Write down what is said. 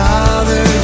Father